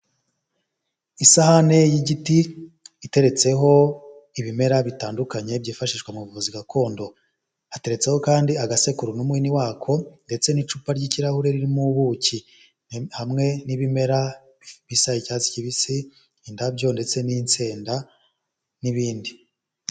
Isahane y'igiti iteretseho ibimera bitandukanye byifashishwa mu buvuzi gakondo, hateretseho kandi agasekuru n'umuini wako ndetse n'icupa ry'ikirahure ririmo ubuki hamwe n'ibimera bisa icyatsi kibisi, indabyo ndetse n'insenda n'ibindi.